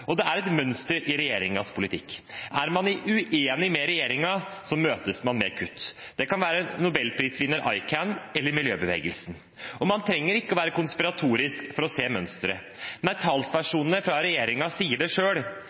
Og det er et mønster i regjeringens politikk. Er man uenig med regjeringen, møtes man med kutt. Det kan være nobelprisvinner ICAN eller miljøbevegelsen. Og man trenger ikke være konspiratorisk for å se mønsteret. Nei, talspersonene for regjeringen sier det